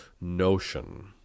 notion